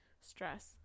stress